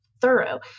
thorough